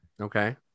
Okay